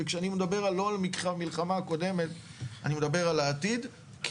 וכשאני מדבר לא על המלחמה הקודמת אני מדבר על העתיד כי